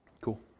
Cool